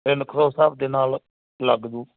ਤਿੰਨ ਕੁ ਸੌ ਹਿਸਾਬ ਦੇ ਨਾਲ ਲੱਗ ਜੂ